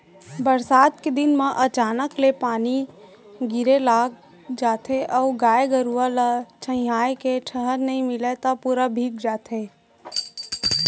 बरसात के दिन म अचानक ले पानी गिरे लग जाथे अउ गाय गरूआ ल छंइहाए के ठउर नइ मिलय त पूरा भींग जाथे